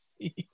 see